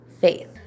faith